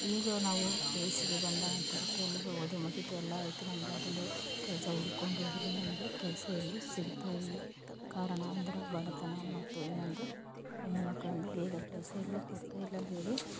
ಈಗ ನಾವು ವಯಸ್ಸಿಗೆ ಬಂದ ನಂತರ ಕೆಲವರು ಓದಿ ಮುಗಿದು ಎಲ್ಲ ಆಯಿರು ನಮ್ಗೆ ಯಾಕಂದರೆ ಕೆಲಸ ಹುಡ್ಕೊಂಡು ಹೋದರೆ ನಮಗೆ ಕೆಲಸ ಎಲ್ಲಿಯೂ ಸಿಗ್ತಾ ಇಲ್ಲ ಕಾರಣ ಅಂದರೆ ಬಡತನ ಮತ್ತು ಇನ್ನೊಂದು ಹೆಣ್ಣು ಮಕ್ಕಳೆಂದು ಬೇಗ ಕೆಲಸ ಎಲ್ಲೂ ಕೊಡ್ತಾ ಇಲ್ಲ ನಮಗೆ